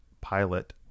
pilot